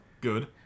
good